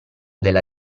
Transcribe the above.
della